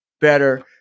better